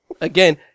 Again